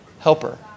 helper